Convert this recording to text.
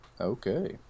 okay